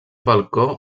balcó